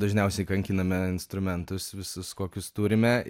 dažniausiai kankiname instrumentus visus kokius turime